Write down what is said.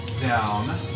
down